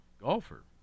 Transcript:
golfer